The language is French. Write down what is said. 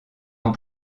ans